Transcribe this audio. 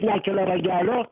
nekelia ragelio